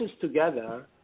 together